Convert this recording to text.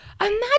imagine